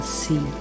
see